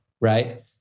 right